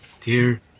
Dear